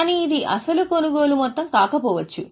కానీ ఇది అసలు కొనుగోలు మొత్తం కాకపోవచ్చు